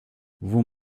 vous